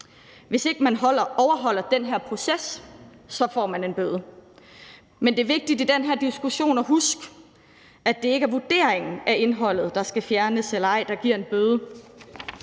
Hvis ikke man overholder den her proces, får man en bøde. Men det er vigtigt i den her diskussion at huske, at det ikke er vurderingen af, om indholdet skal fjernes eller ej, der giver en bøde,